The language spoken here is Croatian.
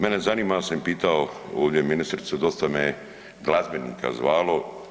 Mene zanima, ja sam pitao ovdje ministricu dosta me je glazbenika zvalo.